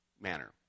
manner